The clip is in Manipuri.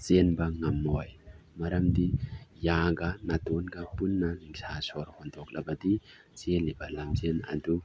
ꯆꯦꯟꯕ ꯉꯝꯃꯣꯏ ꯃꯔꯝꯗꯤ ꯌꯥꯒ ꯅꯥꯇꯣꯟꯒ ꯄꯨꯟꯅ ꯅꯤꯡꯁꯥ ꯁ꯭ꯋꯔ ꯍꯣꯟꯗꯣꯛꯂꯕꯗꯤ ꯆꯦꯟꯂꯤꯕ ꯂꯝꯖꯦꯟ ꯑꯗꯨ